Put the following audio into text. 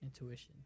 intuition